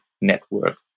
network